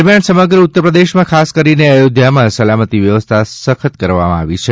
દરમિયાન સમગ્ર ઉત્તર પ્રદેશમાં ખાસ કરીને અયોધ્યામાં સલામતી વ્યવસ્થા સખ્ત કરવામાં આવી છે